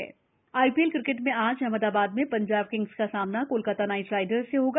IPL cricket IPL cricket में आज अहमदाबाद में पंजाब किंग्स का सामना कोलकाता नाइट राइडर्स से होगा